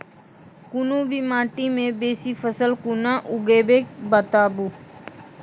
कूनू भी माटि मे बेसी फसल कूना उगैबै, बताबू?